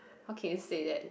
how can you say that